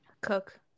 Cook